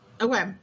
Okay